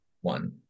One